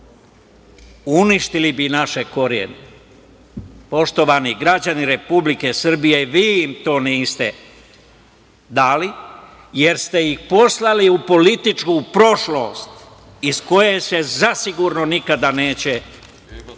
uništili bi naše korene. Poštovani građani Republike Srbije, vi im to niste dali, jer ste ih poslali u političku prošlost iz koje se zasigurno neće